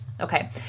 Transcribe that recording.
Okay